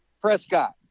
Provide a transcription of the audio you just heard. Prescott